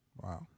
Wow